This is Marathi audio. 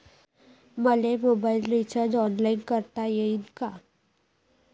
मले मोबाईल रिचार्ज ऑनलाईन करता येईन का?